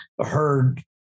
heard